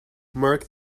mark